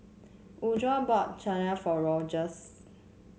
Woodrow bought Chigenabe for Rogers